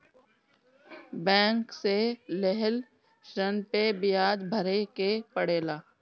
bank से लेहल ऋण पे बियाज भरे के पड़ेला